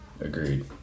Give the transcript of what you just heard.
Agreed